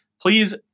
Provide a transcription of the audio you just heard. Please